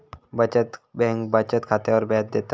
बचत बँक बचत खात्यावर व्याज देता